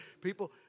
people